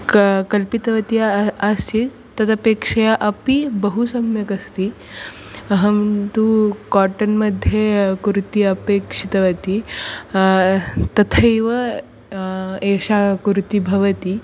किं कल्पितवती आसीत् तदपेक्षया अपि बहु सम्यक् अस्ति अहं तु काटन् मध्ये कुर्ति अपेक्षितवती तथैव एषा कुर्ति भवति